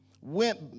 went